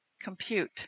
compute